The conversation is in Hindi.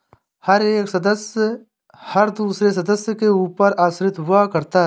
हर एक सदस्य हर दूसरे सदस्य के ऊपर आश्रित हुआ करता है